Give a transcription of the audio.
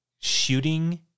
shooting